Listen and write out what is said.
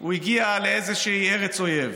הוא הגיע לאיזו ארץ אויב.